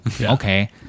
okay